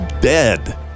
dead